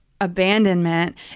abandonment